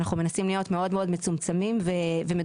אנחנו מנסים להיות מאוד מאוד מצומצמים ומדויקים,